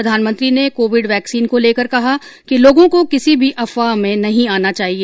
प्रधानमंत्री ने Covid vaccine को लेकर कहा कि लोगों को किसी भी अफवाह में नहीं आना चाहिए